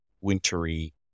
wintry